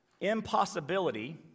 impossibility